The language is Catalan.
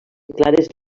clares